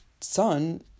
son